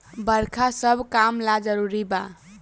बरखा सब काम ला जरुरी बा